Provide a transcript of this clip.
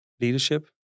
leadership